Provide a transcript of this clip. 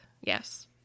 Yes